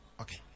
Okay